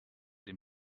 den